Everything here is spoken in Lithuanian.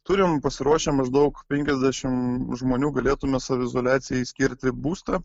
turim pasiruošę maždaug penkiasdešimt žmonių galėtume saviizoliacijai skirti būstą